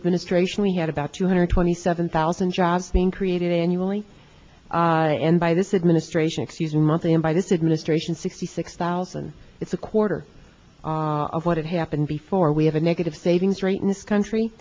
administration we had about two hundred twenty seven thousand jobs being created annually and by this administration excuse me months and by this administration sixty six thousand it's a quarter of what had happened before we have a negative savings rate in this country